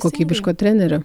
kokybiško trenerio